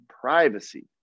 privacy